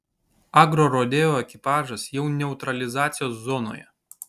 agrorodeo ekipažas jau neutralizacijos zonoje